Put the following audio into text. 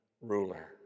ruler